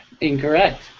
Incorrect